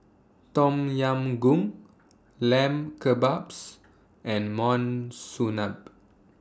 Tom Yam Goong Lamb Kebabs and Monsunabe